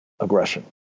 aggression